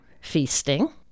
feasting